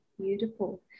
Beautiful